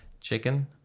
chicken